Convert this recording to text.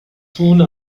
tourne